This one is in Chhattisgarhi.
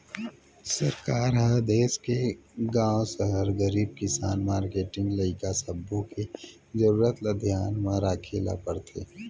सरकार ह देस के गाँव, सहर, गरीब, किसान, मारकेटिंग, लइका सब्बो के जरूरत ल धियान म राखे ल परथे